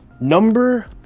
number